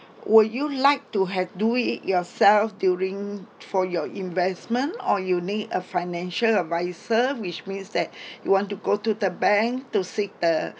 would you like to had do it it yourself during for your investment or you need a financial advisor which means that you want to go to the bank to seek the